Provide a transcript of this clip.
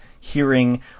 hearing